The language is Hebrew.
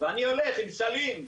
ואני הולך עם סלים.